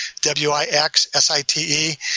W-I-X-S-I-T-E